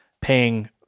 Paying